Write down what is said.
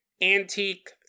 antique